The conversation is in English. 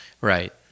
Right